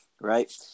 Right